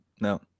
No